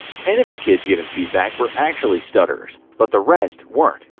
ten of the kids given feedback were actually stutterers, but the rest weren't.